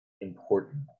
important